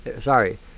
Sorry